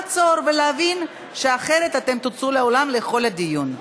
לעצור ולהבין שאחרת אתם תוצאו מהאולם לכל הדיון.